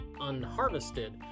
unharvested